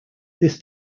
this